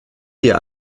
dir